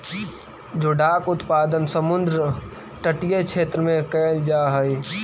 जोडाक उत्पादन समुद्र तटीय क्षेत्र में कैल जा हइ